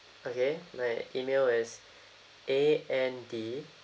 okay my E-mail is A N D